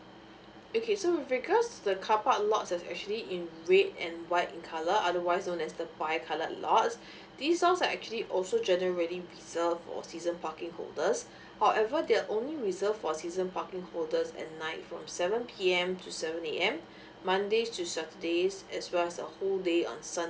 okay so with regards to the carpark lots that's actually in red and white in colour otherwise known as the white colored lots this all are actually also generating reserved or season parking holders however they are only reserved for season parking holders at night from seven P M to seven A M mondays to saturdays as well as the whole day on sunday